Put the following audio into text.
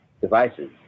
devices